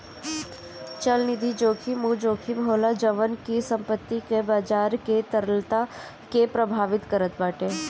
चलनिधि जोखिम उ जोखिम होला जवन की संपत्ति कअ बाजार के तरलता के प्रभावित करत बाटे